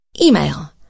Email